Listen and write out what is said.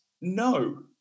No